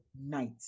night